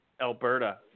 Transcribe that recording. Alberta